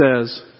says